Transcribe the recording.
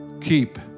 keep